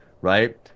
right